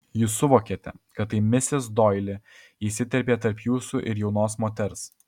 jūs suvokėte kad tai misis doili įsiterpė tarp jūsų ir jaunos moters